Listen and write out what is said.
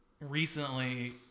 recently